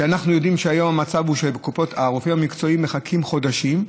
ואנחנו יודעים שהיום המצב הוא שלרופאים המקצועיים מחכים חודשים.